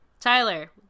Tyler